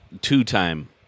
two-time